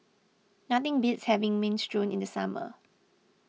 nothing beats having Minestrone in the summer